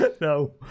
No